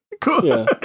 cool